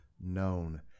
known